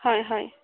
হয় হয়